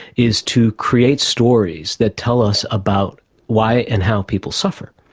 is to create stories that tell us about why and how people suffer.